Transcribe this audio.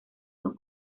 son